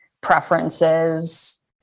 preferences